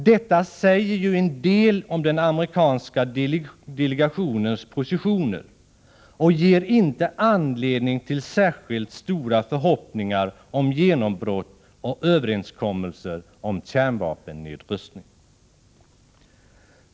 Detta säger ju en del om den amerikanska delegationens positioner och ger inte anledning till särskilt stora förhoppningar om genombrott och överenskommelser om kärnvapennedrustning.